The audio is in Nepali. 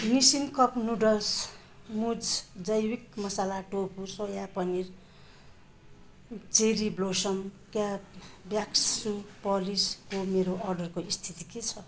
निसिन कप नुडल्स मुज जैविक masala tofu soya paneer cherry blossom क्याभाक्स सू पलिसको मेरो अर्डरको स्थिति के छ